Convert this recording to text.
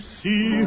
see